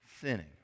sinning